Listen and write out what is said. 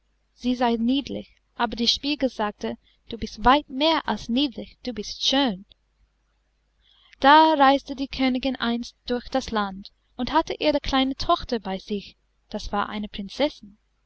sie sei niedlich aber der spiegel sagte du bist weit mehr als niedlich du bist schön da reiste die königin einst durch das land und hatte ihre kleine tochter bei sich das war eine prinzessin